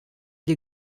des